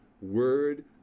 word